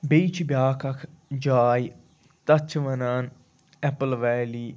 بیٚیہِ چھِ بٮ۪اکھ اکھ جاے تَتھ چھِ وَنان اٮ۪پٔل وٮ۪لی